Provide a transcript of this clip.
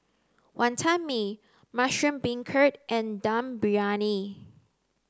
Wonton Mee Mushroom Beancurd and Dum Briyani